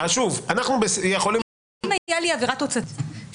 אם הייתה לי עבירה תוצאתית,